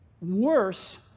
Worse